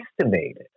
estimated